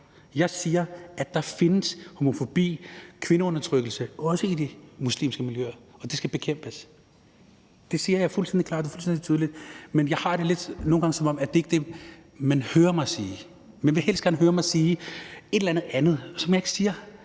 Jeg siger, at der findes homofobi og kvindeundertrykkelse også i de muslimske miljøer, og det skal bekæmpes. Det siger jeg fuldstændig klart og fuldstændig tydeligt. Men jeg har det nogle gange, som om det ikke er det, man hører mig sige. Man vil helst høre mig sige noget andet, som jeg ikke siger.